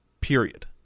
Period